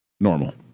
normal